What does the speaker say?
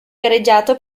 gareggiato